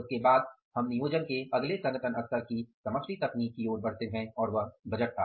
उसके बाद हम नियोजन के अगले संगठन स्तर की समष्टि तकनीक की ओर बढ़ते हैं और वह बजट था